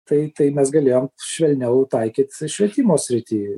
tai tai mes galėjom švelniau taikyt švietimo srity